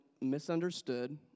misunderstood